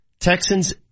Texans